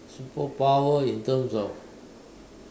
superpower in terms of